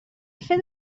fet